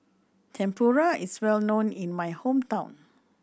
tempura is well known in my hometown